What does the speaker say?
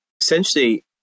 essentially